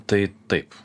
tai taip